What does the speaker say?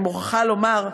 אני מוכרחה לומר,